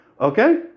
Okay